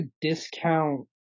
discount